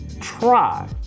try